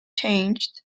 changed